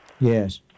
Yes